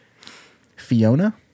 Fiona